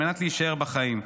על מנת להישאר בחיים.